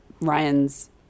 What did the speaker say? Ryan's